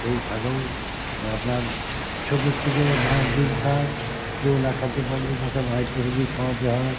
এই ছাগল আপনার ছোটোর থেকে মায়ের দুধ খায় কেউ না খেতে পারলে তাকে ভাইপোরে দিয়ে খাওয়াতে হয়